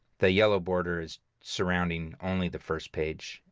the yellow border is surrounding only the first page.